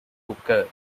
hooker